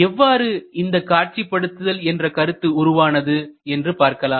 எவ்வாறு இந்த காட்சிப்படுத்துதல் என்ற கருத்து உருவானது என்று பார்க்கலாம்